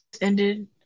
ended